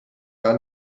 gar